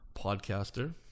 podcaster